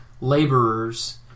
laborers